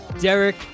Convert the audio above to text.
Derek